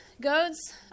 Goats